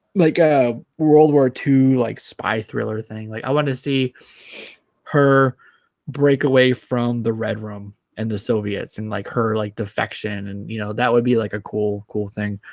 like a world war two like spy thriller thing like i wanted to see her break away from the red room and the soviets and like her like defection and you know that would be like a cool cool thing